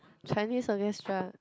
Chinese orchestra